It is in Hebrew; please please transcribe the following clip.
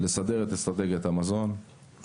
לסדר את אסטרטגיית המזון,